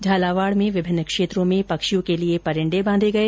झालावाड़ में विभिन्न क्षेत्रों में पक्षियों के लिए परिंडे बांधे गए